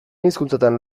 hizkuntzatan